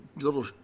little